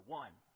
one